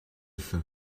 faim